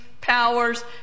powers